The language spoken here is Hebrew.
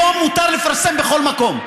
היום מותר לפרסם בכל מקום,